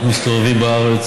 אנחנו מסתובבים בארץ,